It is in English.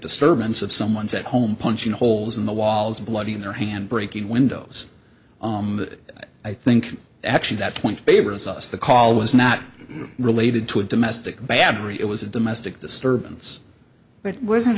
disturbance of someone's at home punching holes in the walls bloody in their hand breaking windows that i think actually that point favors us the call was not related to a domestic battery it was a domestic disturbance but it wasn't